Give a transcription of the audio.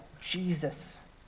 Jesus